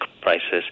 prices